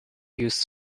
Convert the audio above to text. used